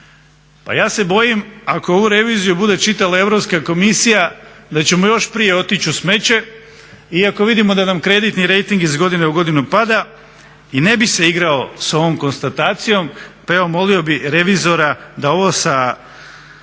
Pa ja se bojim ako ovu reviziju bude čitala Europska komisija da ćemo još prije otići u smeće iako vidimo da nam kreditni rejting iz godine u godinu pada i ne bi se igrao s ovom konstatacijom. Pa evo molio bih revizora da ovo iz